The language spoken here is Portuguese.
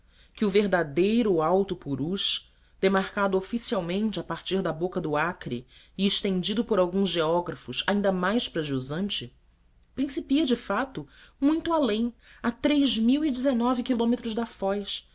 que o verdadeiro alto purus demarcado oficialmente a partir da boca do acre e estendido por alguns geógrafos ainda mais para jusante principia de fato muito além a quilômetros da foz